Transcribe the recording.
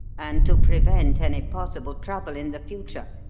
and, to prevent any possible trouble in the future,